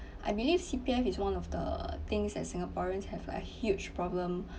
I believe C_P_F is one of the things that singaporeans have a huge problem